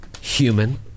Human